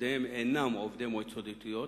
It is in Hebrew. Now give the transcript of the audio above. עובדיהן אינם עובדי מועצות דתיות.